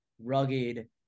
rugged